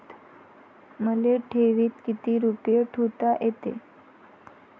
मले ठेवीत किती रुपये ठुता येते?